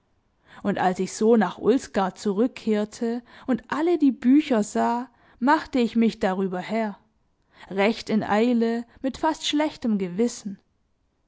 und als ich so nach ulsgaard zurückkehrte und alle die bücher sah machte ich mich darüber her recht in eile mit fast schlechtem gewissen